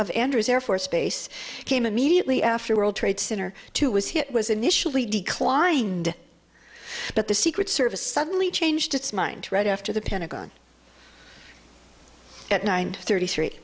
of andrews air force base came immediately after world trade center two was hit was initially declined but the secret service suddenly changed its mind right after the pentagon at nine thirty three